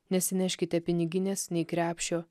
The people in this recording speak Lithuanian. nesineškite piniginės nei krepšio